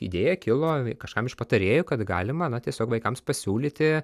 idėja kilo kažkam iš patarėjų kad galima na tiesiog vaikams pasiūlyti